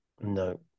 No